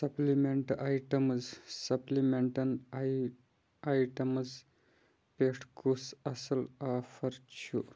سپلِمٮ۪نٛٹہٕ items سپلِمٮ۪نٹَن آے items پٮ۪ٹھ کُس اَصٕل آفر چھُ